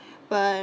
but